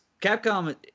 Capcom